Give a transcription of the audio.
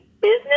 business